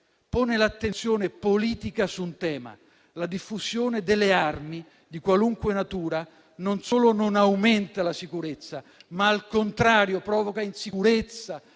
pone l'attenzione politica su un tema: la diffusione delle armi di qualunque natura non solo non aumenta la sicurezza, ma, al contrario, provoca insicurezza,